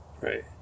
right